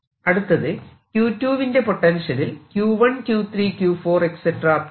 അടുത്തത് Q2 വിന്റെ പൊട്ടൻഷ്യലിൽ Q1 Q3 Q4